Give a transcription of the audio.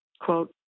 Quote